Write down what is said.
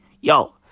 Yo